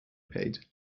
paid